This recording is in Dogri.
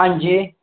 हांजी